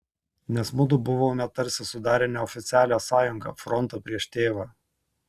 nes mudu buvome tarsi sudarę neoficialią sąjungą frontą prieš tėvą